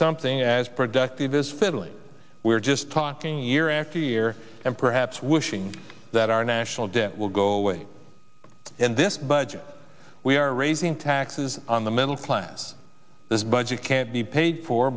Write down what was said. something as productive as fiddling we're just talking year after year and perhaps wishing that our national debt will go away in this budget we are raising taxes on the middle class this budget can't be paid for